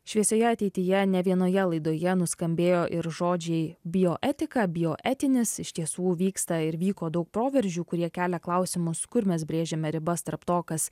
šviesioje ateityje ne vienoje laidoje nuskambėjo ir žodžiai bioetika bioetinis iš tiesų vyksta ir vyko daug proveržių kurie kelia klausimus kur mes brėžiame ribas tarp to kas